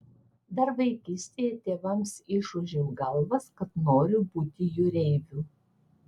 dar vaikystėje tėvams išūžiau galvas kad noriu būti jūreiviu